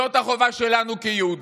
זאת החובה שלנו כיהודים.